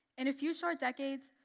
in a few short decades,